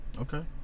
Okay